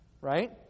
right